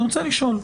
אני רוצה לשאול,